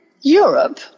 Europe